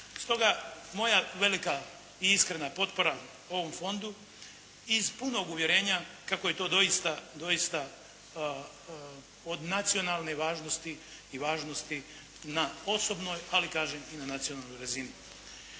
Stoga moja velika i iskrena potpora ovom Fondu iz punog uvjerenja kako je to doista, doista od nacionalne važnosti i važnosti na osobnoj, ali kažem i na nacionalnoj razini.